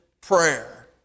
prayer